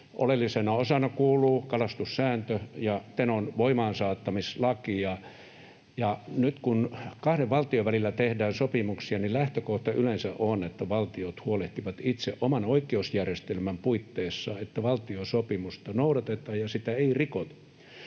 oleellisena osana kuuluvat kalastussääntö ja Tenon voimaansaattamislaki. Kun kahden valtion välillä tehdään sopimuksia, niin lähtökohta yleensä on, että valtiot huolehtivat itse oman oikeusjärjestelmänsä puitteissa, että valtiosopimusta noudatetaan ja sitä ei rikota.